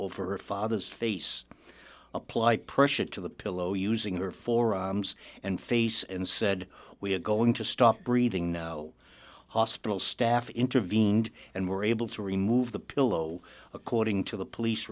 over a father's face apply pressure to the pillow using her forearms and face and said we had going to stop breathing no hospital staff intervened and were able to remove the pillow according to the police